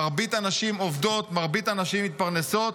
מרבית הנשים עובדות, מרבית הנשים מתפרנסות,